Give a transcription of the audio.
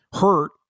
hurt